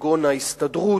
כגון ההסתדרות,